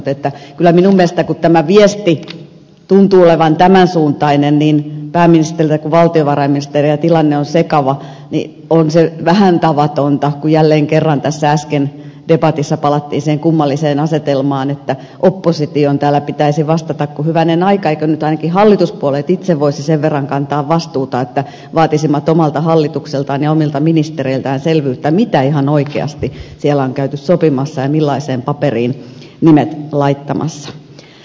kyllä minun mielestäni kun tämä viesti tuntuu olevan tämän suuntainen että niin pääministerillä kuin valtiovarainministerilläkin tilanne on sekava niin on se vähän tavatonta kun jälleen kerran tässä äsken debatissa palattiin siihen kummalliseen asetelmaan että opposition täällä pitäisi vastata kun hyvänen aika eivätkö nyt ainakin hallituspuolueet itse voisi sen verran kantaa vastuuta että vaatisivat omalta hallitukseltaan ja omilta ministereiltään selvyyttä mitä ihan oikeasti siellä on käyty sopimassa ja millaiseen paperiin nimet laittamassa